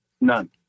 None